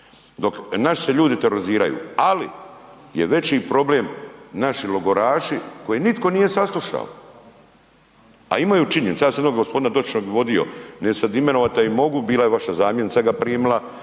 Dok naši se ljudi teroriziraju, ali je veći problem naši logoraši kojih nitko nije saslušao a imaju činjenice, ja sam gospodina dotičnog odvodio, neću sad imenovat a i mogu, bila je vaša zamjenica ga primila,